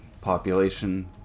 population